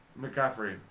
McCaffrey